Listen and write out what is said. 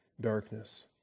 darkness